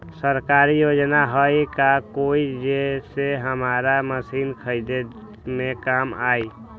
सरकारी योजना हई का कोइ जे से हमरा मशीन खरीदे में काम आई?